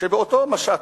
שבאותו משט,